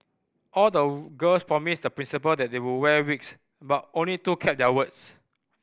all the girls promised the principal that they would wear wigs but only two kept their words